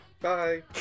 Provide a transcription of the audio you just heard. Bye